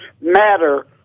matter